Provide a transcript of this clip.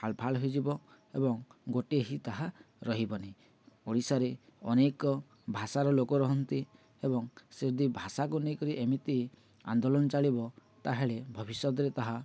ଫାଳ ଫାଳ ହୋଇଯିବ ଏବଂ ଗୋଟିଏ ହିଁ ତାହା ରହିବନି ଓଡ଼ିଶାରେ ଅନେକ ଭାଷାର ଲୋକ ରୁହନ୍ତି ଏବଂ ସେ ଯଦି ଭାଷାକୁ ନେଇକରି ଏମିତି ଆନ୍ଦୋଳନ ଚାଳିବ ତାହେଲେ ଭବିଷ୍ୟତରେ ତାହା